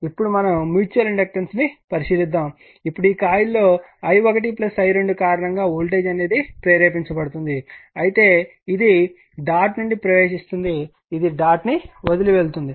ఇప్పుడు మనం మ్యూచువల్ ఇండక్టెన్స్ను పరిశీలిద్దాం ఇప్పుడు ఈ కాయిల్ లో i1 i2 కారణంగా వోల్టేజ్ ప్రేరేపించబడుతుంది అయితే ఇది డాట్ నుండి ప్రవేశిస్తుందిఇది డాట్ ను వదిలి వెళ్తుంది